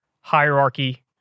hierarchy